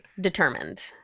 determined